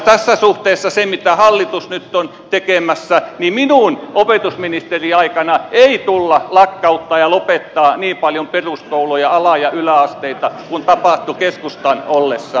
tässä suhteessa se mitä hallitus nyt on tekemässä niin minun opetusministeriaikanani ei tulla lakkauttamaan ja lopettamaan niin paljon peruskouluja ala ja yläasteita kuin tapahtui keskustan ollessa vallassa